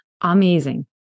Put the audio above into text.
amazing